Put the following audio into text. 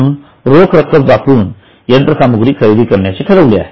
म्हणून रोख रक्कम वापरून यंत्रसामग्री खरेदी करण्याचे ठरविले